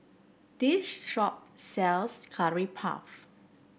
this shop sells Curry Puff